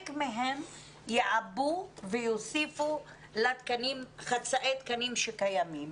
מהם יעבו ויוסיפו לחצאי התקנים שקיימים,